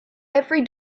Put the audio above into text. every